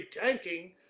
tanking